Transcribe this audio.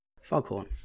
Foghorn